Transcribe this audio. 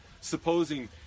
Supposing